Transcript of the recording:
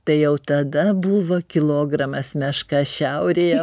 tai jau tada buvo kilogramas meška šiaurėje